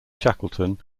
shackleton